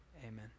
Amen